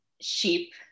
sheep